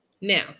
Now